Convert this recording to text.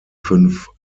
fünf